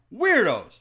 weirdos